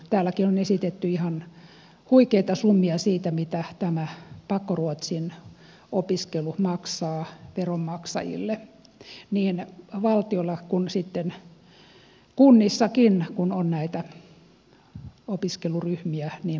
täälläkin on esitetty ihan huikeita summia siitä mitä tämä pakkoruotsin opiskelu maksaa veronmaksajille niin valtiolla kuin sitten kunnissakin kun on näitä opiskeluryhmiä niin paljon oltava